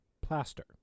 plaster